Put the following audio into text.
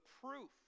proof